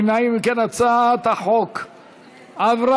ההצעה להעביר את הצעת חוק הפיקוח